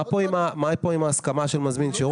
מה פה עם ההסכמה של מזמין שירות?